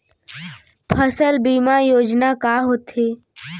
फसल बीमा योजना का होथे?